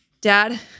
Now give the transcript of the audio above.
dad